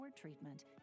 treatment